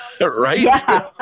right